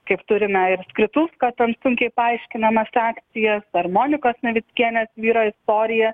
kaip turime ir skritulsko ten sunkiai paaiškinamas akciją ar monikos navickienės vyro istoriją